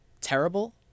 terrible